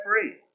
free